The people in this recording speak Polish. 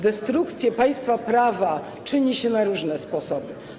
Destrukcję państwa prawa czyni się na różne sposoby.